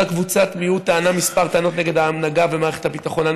אותה קבוצת מיעוט טענה מספר טענות נגד ההנהגה ומערכת הביטחון.